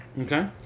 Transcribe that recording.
Okay